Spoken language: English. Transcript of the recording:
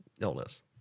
illness